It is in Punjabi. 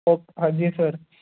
ਓਕ ਹਾਂਜੀ ਸਰ